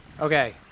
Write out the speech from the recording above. Okay